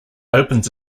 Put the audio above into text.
opens